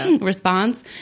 response